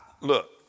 look